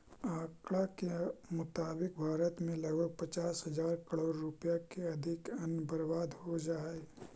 आँकड़ा के मुताबिक भारत में लगभग पचास हजार करोड़ रुपया के अन्न बर्बाद हो जा हइ